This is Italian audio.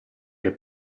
che